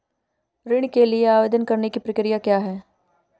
ऋण के लिए आवेदन करने की प्रक्रिया क्या है?